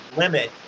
limit